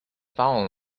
fallen